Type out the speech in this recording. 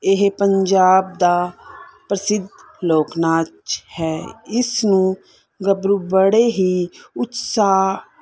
ਇਹ ਪੰਜਾਬ ਦਾ ਪ੍ਰਸਿੱਧ ਲੋਕ ਨਾਚ ਹੈ ਇਸ ਨੂੰ ਗੱਭਰੂ ਬੜੇ ਹੀ ਉਤਸ਼ਾਹ